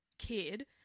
kid